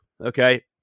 okay